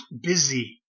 busy